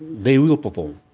they will perform.